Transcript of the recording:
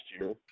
year